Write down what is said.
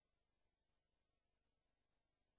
באמת,